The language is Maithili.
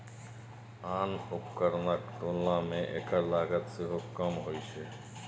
आन उपकरणक तुलना मे एकर लागत सेहो कम होइ छै